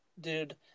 dude